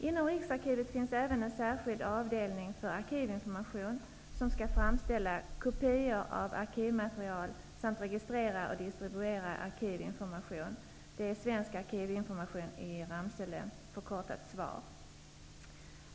Inom Riksarkivet finns även en särskild avdelning för arkivinformation, som skall framställa kopior av arkivmaterial samt registrera och distribuera arkivinformation, Svensk arkivinformation i Ramsele -- SVAR.